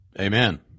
amen